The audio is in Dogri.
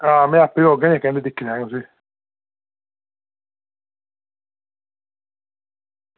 हां में आपें औगा ते कन्नै दुिक्खी लैङ उसी